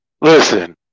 listen